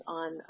on